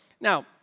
now